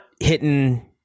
hitting